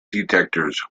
detectors